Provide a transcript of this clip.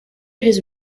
his